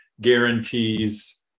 guarantees